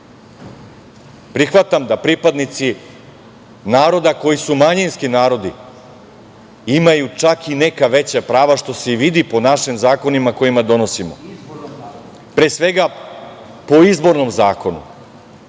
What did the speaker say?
prava. Prihvatam da pripadnici naroda koji su manjinski narodi imaju čak i neka veća prava, što se i vidi po našim zakonima koje donosimo, pre svega po izbornom zakonu,